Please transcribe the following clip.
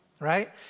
right